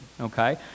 okay